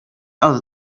other